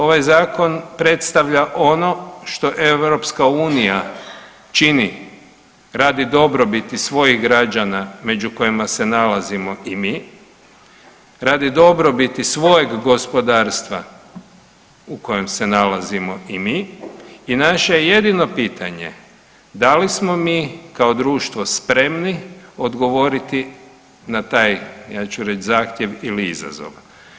Ovaj Zakon predstavlja ono što EU čini radi dobrobiti svojih građana među kojima se nalazimo i mi, radi dobrobiti svojeg gospodarstva u kojem se nalazimo i mi i naše jedino pitanje da li smo mi kao društvo spremni odgovoriti na taj, ja ću reći zahtjev ili izazov.